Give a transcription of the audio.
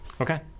Okay